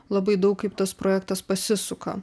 labai daug kaip tas projektas pasisuka